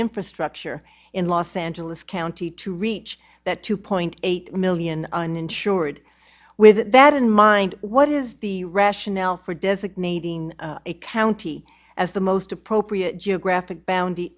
infrastructure in los angeles county to reach that two point eight million uninsured with that in mind what is the rationale for designating a county as the most appropriate geographic bound